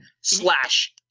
slash